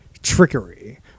trickery